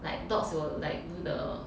like dogs will like do the